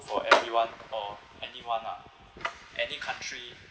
for everyone or anyone lah any country